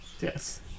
Yes